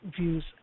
views